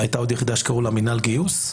והייתה עוד יחידה שקראו לה "מינהל גיוס",